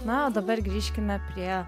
na o dabar grįžkime prie